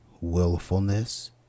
willfulness